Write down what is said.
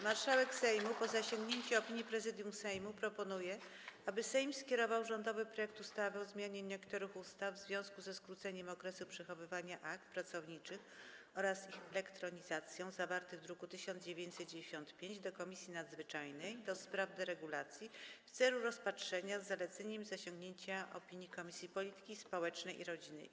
Marszałek Sejmu, po zasięgnięciu opinii Prezydium Sejmu, proponuje, aby Sejm skierował rządowy projekt ustawy o zmianie niektórych ustaw w związku ze skróceniem okresu przechowywania akt pracowniczych oraz ich elektronizacją, zawarty w druku nr 1995, do Komisji Nadzwyczajnej do spraw deregulacji w celu rozpatrzenia, z zaleceniem zasięgnięcia opinii Komisji Polityki Społecznej i Rodziny.